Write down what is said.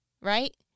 right